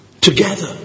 together